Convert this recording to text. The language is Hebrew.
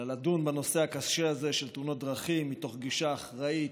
אלא לדון בנושא הקשה הזה של תאונות דרכים מתוך גישה אחראית,